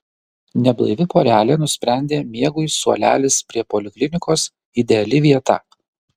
neblaivi porelė nusprendė miegui suolelis prie poliklinikos ideali vieta